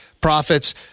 Profits